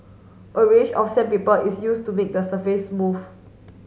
a range of sandpaper is used to make the surface smooth